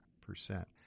percent